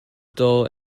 dull